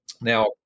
Now